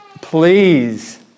Please